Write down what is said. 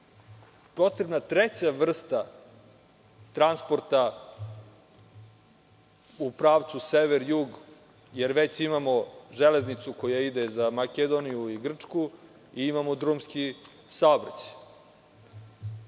potrebna treća vrsta transporta u pravcu sever-jug, jer već imamo železnicu koja ide za Makedoniju i Grčku i imamo drumski saobraćaj?